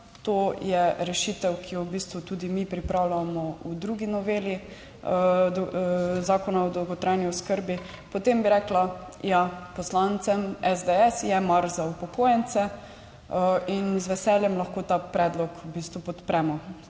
to je rešitev, ki jo v bistvu tudi mi pripravljamo v drugi noveli Zakona o dolgotrajni oskrbi, - potem bi rekla, ja, poslancem SDS je mar za upokojence in z veseljem lahko ta predlog v